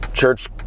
Church